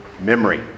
memory